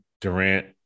Durant